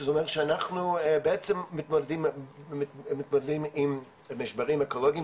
שזה אומר שאנחנו בעצם מתמודדים עם משברים אקולוגיים,